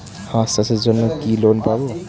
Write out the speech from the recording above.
হাঁস চাষের জন্য কি লোন পাব?